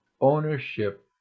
ownership